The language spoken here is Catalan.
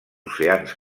oceans